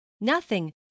Nothing